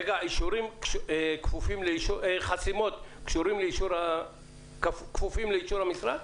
החסימות כפופות לאישור המשרד?